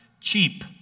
cheap